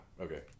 Okay